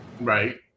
Right